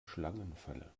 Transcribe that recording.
schlangenfalle